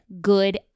Good